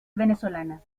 venezolanas